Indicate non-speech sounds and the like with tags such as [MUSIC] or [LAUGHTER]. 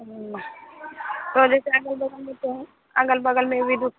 [UNINTELLIGIBLE] तो जैसे अगल बगल में [UNINTELLIGIBLE] अगल बगल में भी